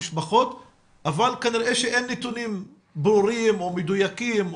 כנראה שעדין אנחנו מדברים רק על מאות,